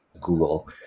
Google